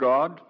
God